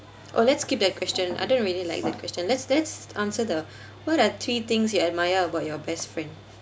oh let's skip that question I don't really like that question let's let's answer the what are three things you admire about your best friend